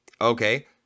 Okay